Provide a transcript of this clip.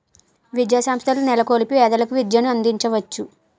విద్యాసంస్థల నెలకొల్పి పేదలకు విద్యను అందించవచ్చు